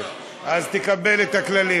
ואחר כך מצביעים,